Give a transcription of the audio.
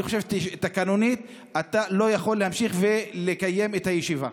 אני חושב שתקנונית אתה לא יכול להמשיך ולקיים את הישיבה.